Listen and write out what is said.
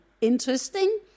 interesting